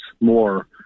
more